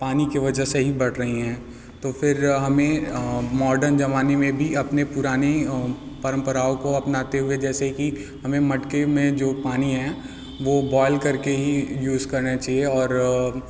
पानी की वजह से ही बढ़ रही हैं तो फिर हमें मॉडर्न ज़माने में भी अपने पुराने परंपराओं को अपनाते हुए जैसे कि हमें मटके में जो पानी है वो बॉएल करके ही यूज़ करना चाहिए और